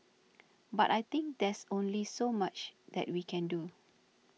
but I think there's only so much that we can do